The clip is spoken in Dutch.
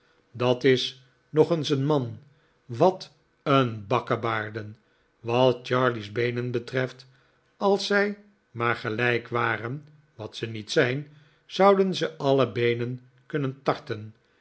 dat is nog eens een man wat een bakkebaarden wat charley's beenen betreft als zij maar gelijk waren wat ze niet zijn zouden ze alle beenen kunnen tarten